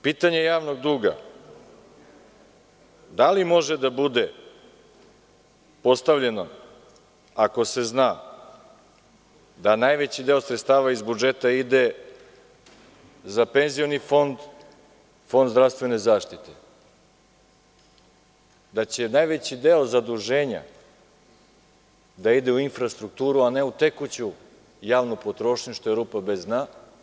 Pitanje javnog duga da li može da bude postavljeno ako se zna da najveći deo sredstava iz budžeta ide za Penzioni fond, Fond zdravstvene zaštite, da će najveći deo zaduženja da ide u infrastrukturu, a ne u tekuću javnu potrošnju što je rupa bez dna i u investicije.